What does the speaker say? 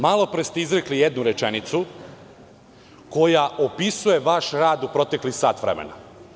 Malo pre ste izrekli jednu rečenicu koja opisuje vaš rad u proteklih sat vremena.